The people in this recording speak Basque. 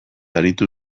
aritu